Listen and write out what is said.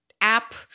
app